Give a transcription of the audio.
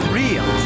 real